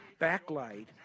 backlight